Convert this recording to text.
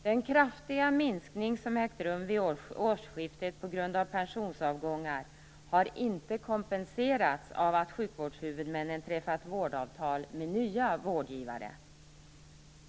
Den kraftiga minskning som ägde rum vid årsskiftet på grund av pensionsavgångar har inte kompenserats av att sjukvårdshuvudmännen träffat vårdavtal med nya vårdgivare.